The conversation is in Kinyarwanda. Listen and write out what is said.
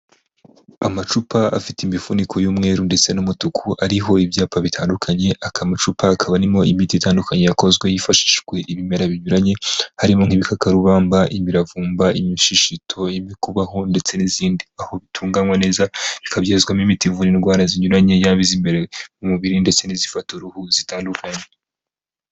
Amacupa afite imifuniko y'umweru ndetse n'umutuku ariho ibyapa bitandukanye akamacupa hakaba habarimo imiti itandukanye yakozwe hifashishijwe ibimera binyuranye harimo nk'ibikakarubamba imiravumba imishishi mitoya kubaho ndetse n'izindi aho bitunganywa neza ikabyazwamo imitivu n'indwara zinyuranye yaba iz'imbere mu mubiri ndetse n'izifata uruhu zitandukanye.